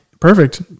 Perfect